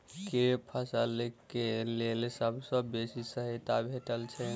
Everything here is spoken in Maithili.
केँ फसल केँ लेल सबसँ बेसी सहायता भेटय छै?